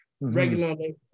regularly